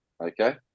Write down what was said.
Okay